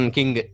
King